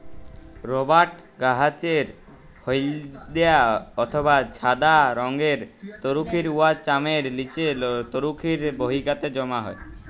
রবাট গাহাচের হইলদ্যা অথবা ছাদা রংয়ের তরুখির উয়ার চামের লিচে তরুখির বাহিকাতে জ্যমা হ্যয়